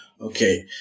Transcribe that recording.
okay